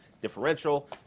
differential